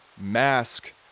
mask